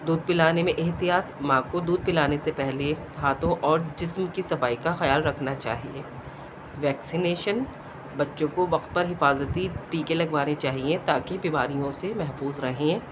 دودھ پلانے میں احتیاط ماں کو دودھ پلانے سے پہلے ہاتھوں اور جسم کی صفائی کا خیال رکھنا چاہیے ویکسینیشن بچوں کو وقت پر حفاظتی ٹیکے لگوانے چاہئیں تا کہ بیماریوں سے محفوظ رہیں